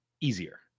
easier